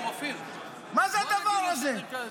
מה זה הדבר הזה?